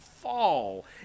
fall